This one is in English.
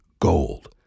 gold